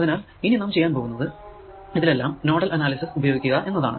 അതിനാൽ ഇനി നാം ചെയ്യാൻ പോകുന്നത് ഇതിൽ എല്ലാം നോഡൽ അനാലിസിസ് ഉപയോഗിക്കുക എന്നതാണ്